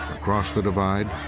across the divide,